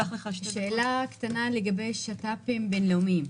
שאלה לגבי שת"פים בין-לאומיים,